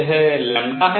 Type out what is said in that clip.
यह है